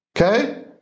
Okay